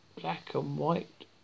black-and-white